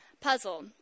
puzzle